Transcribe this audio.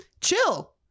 Chill